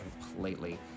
completely